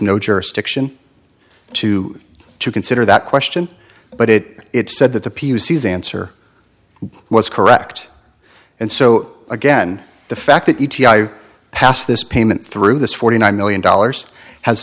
no jurisdiction to to consider that question but it it said that the pc's answer was correct and so again the fact that e t i passed this payment through this forty nine million dollars has